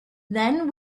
then